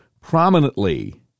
prominently